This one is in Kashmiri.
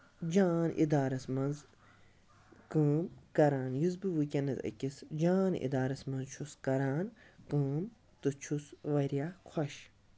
جان اِدارَس منٛز کٲم کران یُس بہٕ وُنکینس أکِس جان اِدارس منٛز چھُس کران کٲم تہٕ چھُس واریاہ خۄش